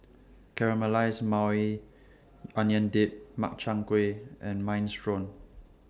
Caramelized Maui Onion Dip Makchang Gui and Minestrone